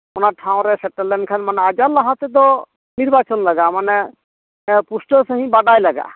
ᱚᱱᱟ ᱴᱷᱟᱶ ᱨᱮ ᱥᱮᱴᱮᱨ ᱞᱮᱱᱠᱷᱟᱱ ᱢᱟᱱᱮ ᱟᱡᱟᱨ ᱞᱟᱦᱟ ᱛᱮᱫᱚ ᱱᱤᱨᱵᱟᱪᱚᱱ ᱞᱟᱜᱟᱜᱼᱟ ᱢᱟᱱᱮ ᱯᱩᱥᱴᱟᱹᱣ ᱥᱟᱺᱦᱤᱡ ᱵᱟᱰᱟᱭ ᱞᱟᱜᱟᱜᱼᱟ